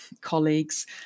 colleagues